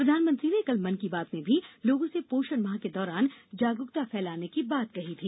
प्रधानमंत्री ने कल मन की बात में भी लोगों से पोषण माह के दौरान जागरुकता फैलाने की बात कही थी